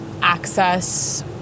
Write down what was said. access